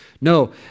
no